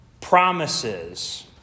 promises